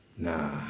Nah